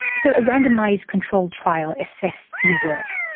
so a randomised controlled trial assessed your work.